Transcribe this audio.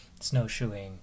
snowshoeing